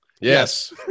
yes